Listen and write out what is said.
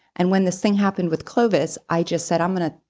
and when this thing happened with clovis i just said i'm going to,